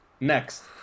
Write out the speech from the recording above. Next